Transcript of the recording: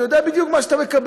אתה יודע בדיוק מה אתה מקבל.